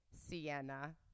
Sienna